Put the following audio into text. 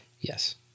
Yes